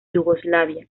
yugoslavia